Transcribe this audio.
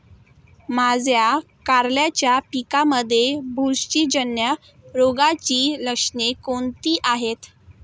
माझ्या कारल्याच्या पिकामध्ये बुरशीजन्य रोगाची लक्षणे कोणती आहेत?